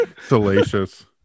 salacious